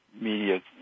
media